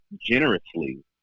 generously